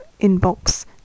inbox